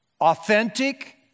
authentic